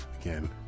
again